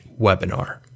webinar